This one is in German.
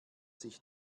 sich